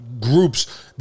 groups